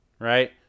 right